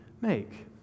make